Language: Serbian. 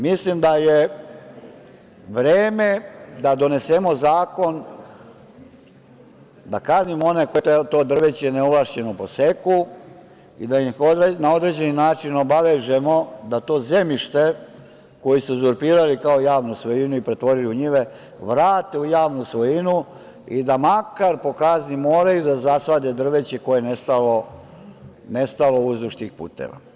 Mislim da je vreme da donesemo zakon da kaznimo one koji to drveće neovlašćeno poseku i da ih na određeni način obavežemo da to zemljište koje su uzurpirali kao javnu svojinu i pretvorili u njive vrate u javnu svojinu i da makar po kazni moraju da zasade drveće koje je nestalo uzduž tih puteva.